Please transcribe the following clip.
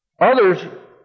Others